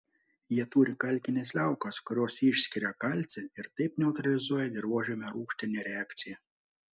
jie turi kalkines liaukas kurios išskiria kalcį ir taip neutralizuoja dirvožemio rūgštinę reakciją